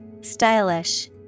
Stylish